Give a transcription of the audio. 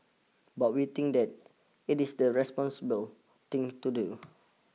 but we think that it is the responsible thing to do